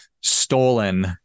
stolen